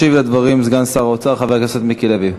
ישיב על הדברים סגן שר האוצר חבר הכנסת מיקי לוי,